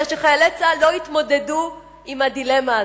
שחיילי צה"ל לא יתמודדו עם הדילמה הזו,